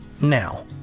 now